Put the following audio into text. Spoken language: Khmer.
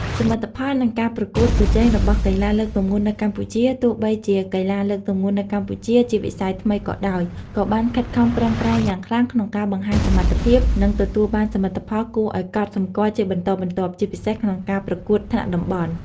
សមិទ្ធផល និងការប្រកួតប្រជែងរបស់កីឡាលើកទម្ងន់នៅកម្ពុជា ទោះបីជាកីឡាលើកទម្ងន់នៅកម្ពុជាជាវិស័យថ្មីក៏ដោយ ក៏បានខិតខំប្រឹងប្រែងយ៉ាងខ្លាំងក្នុងការបង្ហាញសមត្ថភាព និងទទួលបានសមិទ្ធផលគួរឱ្យកត់សម្គាល់ជាបន្តបន្ទាប់ ជាពិសេសក្នុងការប្រកួតថ្នាក់តំបន់។